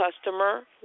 customer